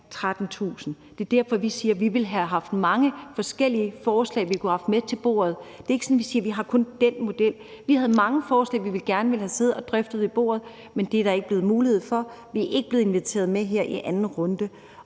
13.000 kr. Det er derfor, vi siger, at vi havde mange forskellige forslag, som vi kunne have haft med til forhandlingsbordet. Det er ikke sådan, at vi siger, at kun har den ene model – vi havde mange forslag, vi gerne ville have siddet og drøftet ved bordet, men det har der ikke været mulighed for. Vi er ikke blevet inviteret med her i anden runde,